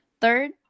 Third